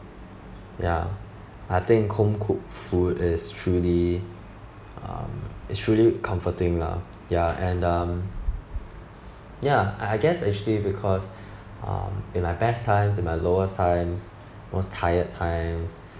ya I think home cooked food is truly um is truly comforting lah ya and um ya I I guess actually because um in my best times in my lowest times most tired times